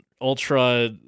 ultra